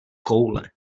koule